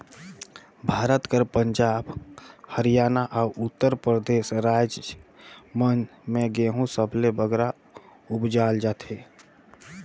भारत कर पंजाब, हरयाना, अउ उत्तर परदेस राएज मन में गहूँ सबले बगरा उपजाल जाथे